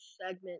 segment